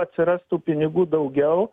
atsiras tų pinigų daugiau